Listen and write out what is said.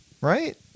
right